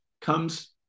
comes